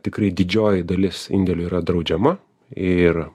tikrai didžioji dalis indėlių yra draudžiama ir